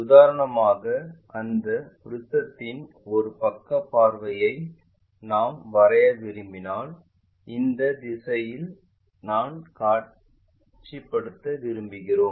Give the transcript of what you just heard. உதாரணமாக அந்த ப்ரிஸத்தின் ஒரு பக்க பார்வையை நான் வரைய விரும்பினால் இந்த திசையில் நான் காட்சிப்படுத்த விரும்புகிறேன்